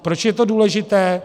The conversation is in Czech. Proč je to důležité?